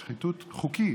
שחיתות חוקית,